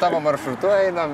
tavo maršrutu einam